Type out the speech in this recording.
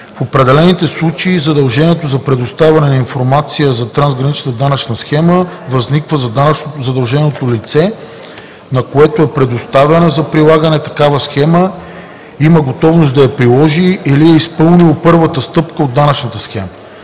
В определени случаи задължението за предоставяне на информация за трансгранична данъчна схема възниква за данъчно задълженото лице, на което е предоставена за прилагане такава схема, има готовност да я приложи или е изпълнило първата стъпка от данъчната схема.